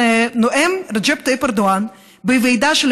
נואם רג'פ טאיפ ארדואן בוועידה של